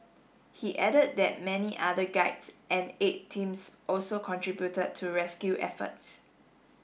he added that many other guides and aid teams also contributed to rescue efforts